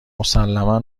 مسلما